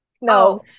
No